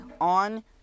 on